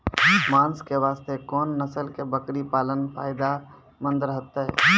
मांस के वास्ते कोंन नस्ल के बकरी पालना फायदे मंद रहतै?